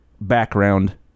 background